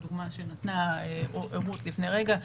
בדוגמה שנתנה רות לפני רגע,